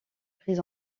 prise